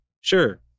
sure